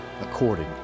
according